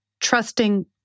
trusting